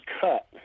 cut